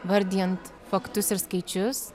vardijant faktus ir skaičius